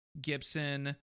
Gibson